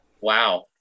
Wow